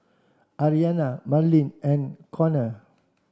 Aryana Marlin and Conner